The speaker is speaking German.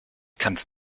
kannst